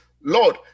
Lord